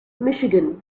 michigan